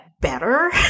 better